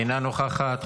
אינה נוכחת,